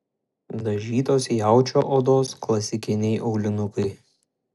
dažytos jaučio odos klasikiniai aulinukai